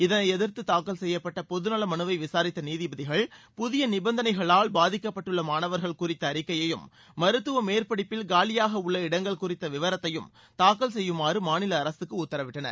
இதனை எதிர்த்து தாக்கல் செய்யப்பட்ட பொதுநல மனுவை விசாரித்த நீதிபதிகள் புதிய நிபந்தனைகளால் பாதிக்கப்பட்டுள்ள மாணவர்கள் குறித்த அறிக்கையையும் மருத்துவ மேற்படிப்பில் காலியாக உள்ள இடங்கள் குறித்த விவரத்தையும் தாக்கல் செய்யுமாறு மாநில அரசுக்கு உத்தரவிட்டனர்